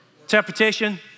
interpretation